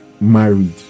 married